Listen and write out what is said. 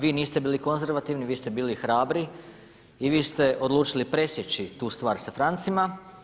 Vi niste bili konzervativni, vi ste bili hrabri i vi ste odlučili presjeći tu stvar sa francima.